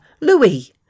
Louis